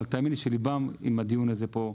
אבל תאמין לי שליבם עם הדיון הזה פה,